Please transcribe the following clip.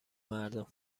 مردم